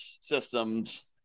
systems